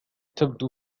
تبدو